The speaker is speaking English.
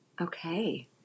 Okay